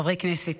חברי הכנסת,